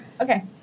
Okay